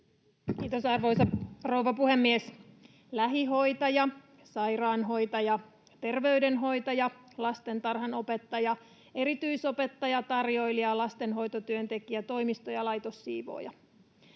Kiitos, arvoisa rouva puhemies! Lähihoitaja, sairaanhoitaja, terveydenhoitaja, lastentarhanopettaja, erityisopettaja, tarjoilija, lastenhoitotyöntekijä, toimisto- ja laitossiivooja